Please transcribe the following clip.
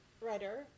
writer